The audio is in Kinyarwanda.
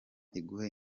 iguhe